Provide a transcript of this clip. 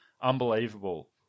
unbelievable